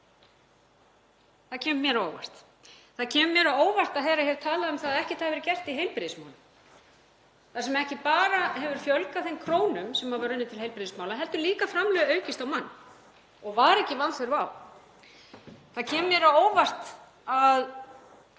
Það kemur mér á óvart. Það kemur mér líka á óvart að heyra hér talað um að ekkert hafi verið gert í heilbrigðismálum þar sem ekki bara hefur fjölgað þeim krónum sem hafa runnið til heilbrigðismála heldur hafa líka framlög aukist á mann og var ekki vanþörf á. Það kemur mér á óvart að